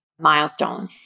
milestone